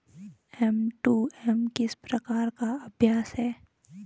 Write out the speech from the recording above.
M to M किस प्रकार का अभ्यास है?